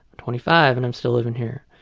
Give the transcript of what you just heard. twenty five and i'm still living here.